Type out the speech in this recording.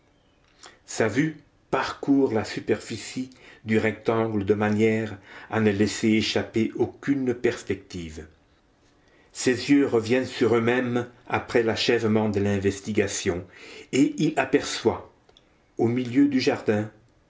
sa vue parcourt la superficie du rectangle de manière à ne laisser échapper aucune perspective ses yeux reviennent sur eux-mêmes après l'achèvement de l'investigation et il aperçoit au milieu du jardin